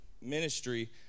ministry